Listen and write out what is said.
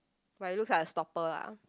but it looks like a stopper lah